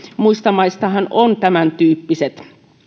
muista maistahan ovat tämäntyyppiset